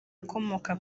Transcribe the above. akomoka